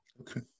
okay